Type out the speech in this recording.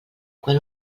quan